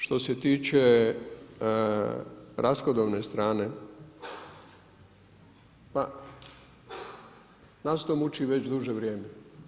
Što se tiče rashodovne strane, pa nas to muči već duže vrijeme.